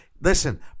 Listen